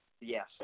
Yes